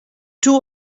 two